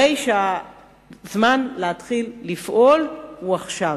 הרי שהזמן להתחיל לפעול הוא עכשיו.